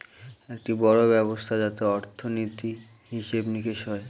একটি বড়ো ব্যবস্থা যাতে অর্থনীতি, হিসেব নিকেশ হয়